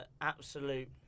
absolute